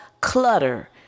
clutter